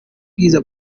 bwiza